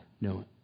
No